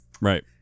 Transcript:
Right